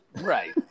right